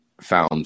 found